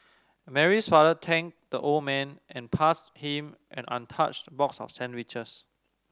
Mary's father thanked the old man and passed him an untouched box of sandwiches